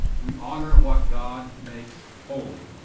we honor what god makes holy.